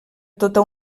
tota